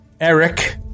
Eric